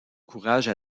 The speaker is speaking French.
courage